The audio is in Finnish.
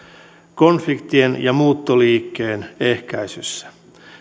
konfliktien ja muuttoliikkeen ehkäisyssä